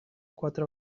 quatre